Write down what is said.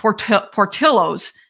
Portillo's